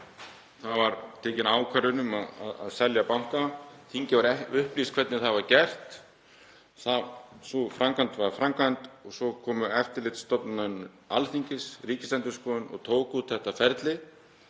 það var tekin ákvörðun um að selja banka. Þingið var upplýst um hvernig það yrði gert, sú framkvæmd var framkvæmd og svo kom eftirlitsstofnun Alþingis, Ríkisendurskoðun, og tók út þetta ferli,